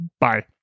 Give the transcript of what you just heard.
Bye